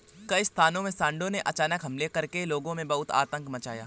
कई स्थानों में सांडों ने अचानक हमले करके लोगों में बहुत आतंक मचाया है